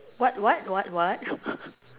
what what what what